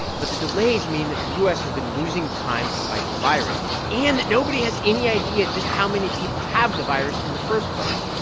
but the delays mean that the u s. has been losing time to fight the virus and that nobody has any idea just how many people have the virus in the first place.